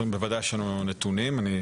בוודאי יש לנו נתונים,